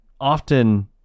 often